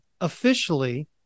officially